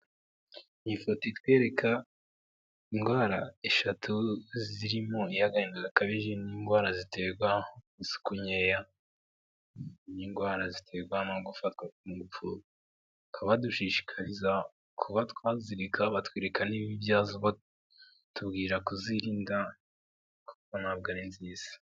Iyi foto itwereka indwara eshatu zirimo iy'agahinda gakabije, indwara ziterwa n'isuku nkeya, indwara ziterwa no gufatwa ku ngufu, bakaba badushishikariza kuba twazireka, batwereka n'ibibi byazo batubwira kuzirinda kuko ntabwo ari nziza.